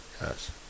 Yes